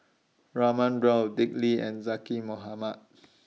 Raman Daud Dick Lee and Zaqy Mohamad